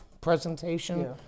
presentation